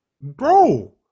Bro